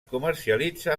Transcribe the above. comercialitza